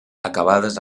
acabades